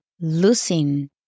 losing